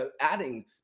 adding